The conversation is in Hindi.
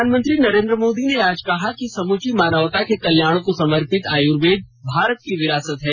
प्रधानमंत्री नरेन्द्र मोदी ने आज कहा कि समूची मानवता के कल्याण को समर्पित आयुर्वेद भारत की विरासत है